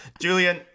julian